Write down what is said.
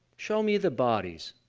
show me the bodies.